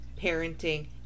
parenting